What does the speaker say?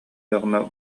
даҕаны